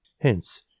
Hence